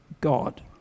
God